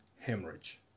hemorrhage